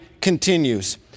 continues